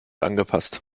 angepasst